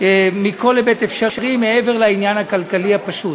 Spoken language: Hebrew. מכל היבט אפשרי, מעבר לעניין הכלכלי הפשוט.